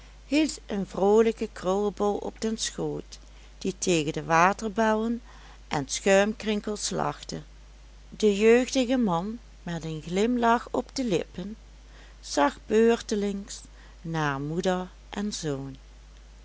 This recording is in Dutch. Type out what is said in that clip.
hield een vroolijken krullebol op den schoot die tegen de waterbellen en schuimkrinkels lachte de jeugdige man met een glimlach op de lippen zag beurtelings naar moeder en zoon